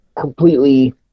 completely